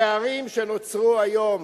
הפערים שנוצרו היום,